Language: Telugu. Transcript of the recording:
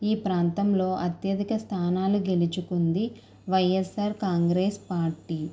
ఈ ప్రాంతంలో అత్యధిక స్థానాలు గెలుచుకుంది వైఎస్ఆర్ కాంగ్రెస్ పార్టీ